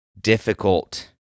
difficult